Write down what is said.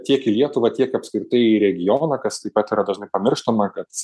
tiek į lietuvą tiek apskritai į regioną kas taip pat yra dažnai pamirštama kad